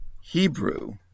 Hebrew